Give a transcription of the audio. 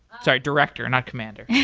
sorry. director, not commander